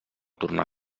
tornar